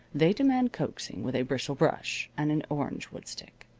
they demand coaxing with a bristle brush and an orangewood stick.